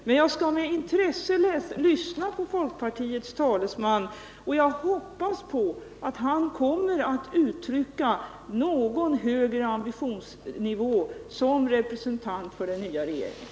Men jag skall med intresse lyssna på folkpartiets talesman, och jag hoppas att han kommer att uttrycka en högre ambitionsnivå som representant för den nya regeringen.